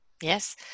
yes